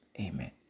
Amen